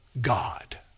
God